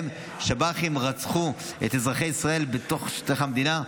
שבהם שב"חים רצחו את אזרחי ישראל בתוככי שטח המדינה.